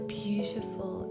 beautiful